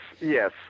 yes